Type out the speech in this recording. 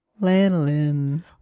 lanolin